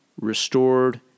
restored